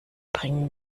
bringen